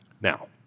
Now